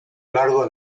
largo